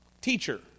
teacher